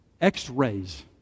X-rays